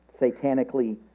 Satanically